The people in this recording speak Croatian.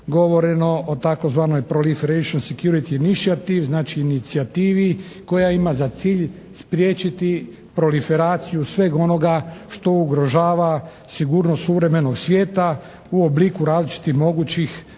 govoreno o tzv. proliferation security iniciative, znači inicijativi koja ima za cilj spriječiti proliferaciju sveg onoga što ugrožava sigurnost suvremenog svijeta u obliku različitih mogućih terorističkih